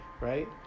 right